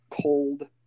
cold